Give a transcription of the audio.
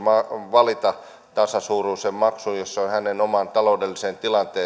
valita tasasuuruisen maksun jos se on hänen omaan taloudelliseen